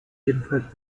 ebenfalls